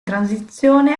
transizione